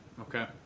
Okay